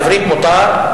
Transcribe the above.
בעברית מותר.